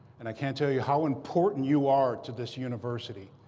and i can't tell you how important you are to this university.